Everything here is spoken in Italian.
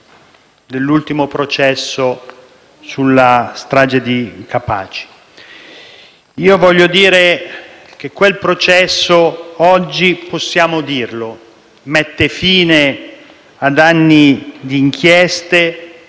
dell'ultimo processo sulla strage di Capaci. Io voglio dire che quel processo - oggi possiamo dirlo - mette fine ad anni di inchieste,